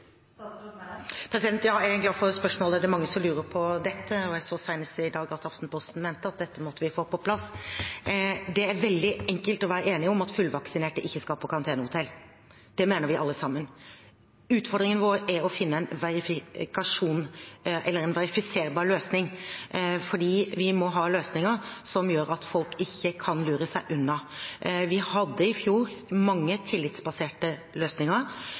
er mange som lurer på dette, og jeg så senest i dag at Aftenposten mente at dette måtte vi få på plass. Det er veldig enkelt å være enig om at fullvaksinerte ikke skal på karantenehotell. Det mener vi alle sammen. Utfordringen vår er å finne en verifiserbar løsning, for vi må ha løsninger som gjør at folk ikke kan lure seg unna. Vi hadde i fjor mange tillitsbaserte løsninger.